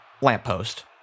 lamppost